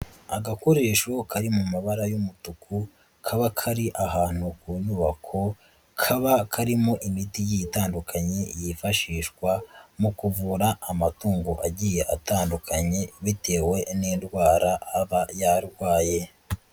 Agakoresho kari mu mabara y'umutuku, kaba kari ahantu ku nyubako, kaba karimo imiti igiye itandukanye yifashishwa mu kuvura amatungo agiye atandukanye bitewe n'indwara aba yarwaye.